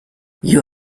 you